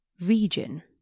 region